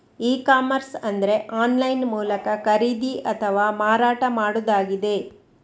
E commerce ಅಂದ್ರೆ online ಮೂಲಕ ಖರೀದಿ ಅಥವಾ ಮಾರಾಟ ಮಾಡುದಾಗಿದೆ